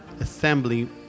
assembly